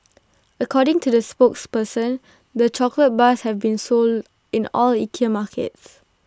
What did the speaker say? according to the spokesperson the chocolate bars have been sold in all Ikea markets